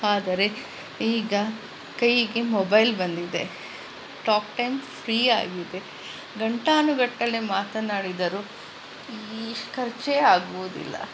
ಆದರೆ ಈಗ ಕೈಗೆ ಮೊಬೈಲ್ ಬಂದಿದೆ ಟಾಕ್ ಟೈಮ್ ಫ್ರೀಯಾಗಿದೆ ಗಂಟಾನುಗಟ್ಟಲೆ ಮಾತನಾಡಿದರು ಖರ್ಚೇ ಆಗುವುದಿಲ್ಲ